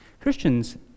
Christians